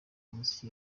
muzika